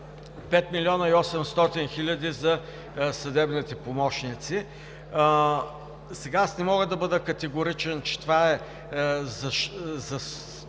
5 млн. 800 хиляди за съдебните помощници. Сега аз не мога да бъда категоричен, че това е за 100 нови